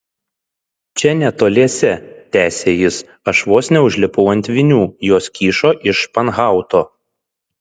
čia netoliese tęsė jis aš vos neužlipau ant vinių jos kyšo iš španhauto